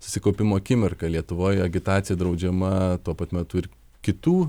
susikaupimo akimirką lietuvoj agitacija draudžiama tuo pat metu ir kitų